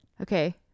okay